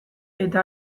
eta